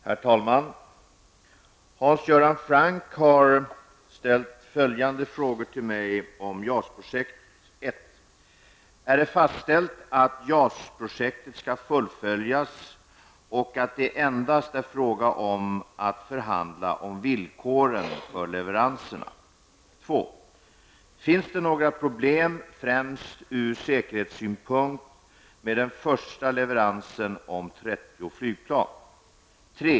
Herr talman! Hans Göran Franck har ställt följande frågor till mig om JAS-projektet. 1. Är det fastställt att JAS-projektet skall fullföljas och att det endast är fråga om att förhandla om villkoren för leveranserna? 2. Finns det några problem främst ur säkerhetssynpunkt med den första leveransen om 30 flygplan? 3.